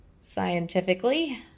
Scientifically